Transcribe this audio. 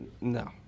no